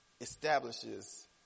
establishes